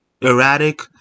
erratic